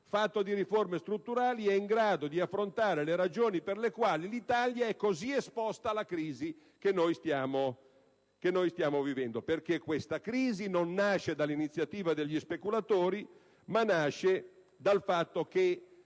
fatto di riforme strutturali è in grado di affrontare le ragioni per le quali l'Italia è così esposta alla crisi che stiamo vivendo. Questa crisi non nasce infatti dall'iniziativa degli speculatori, ma dal fatto che